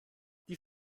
die